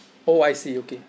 oh I see okay